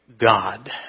God